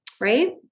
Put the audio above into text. right